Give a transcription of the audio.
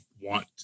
want